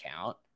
count